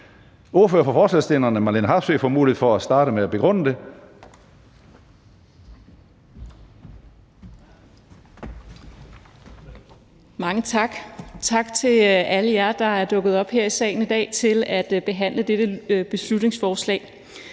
(Ordfører for forslagsstillerne) Marlene Harpsøe (DD): Mange tak. Tak til alle jer, der er dukket op her i salen i dag for at behandle dette beslutningsforslag.